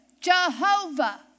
Jehovah